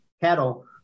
cattle